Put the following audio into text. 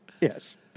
Yes